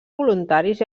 voluntaris